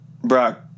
Brock